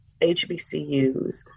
HBCUs